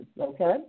okay